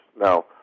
Now